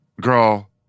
Girl